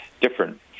different